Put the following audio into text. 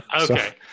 Okay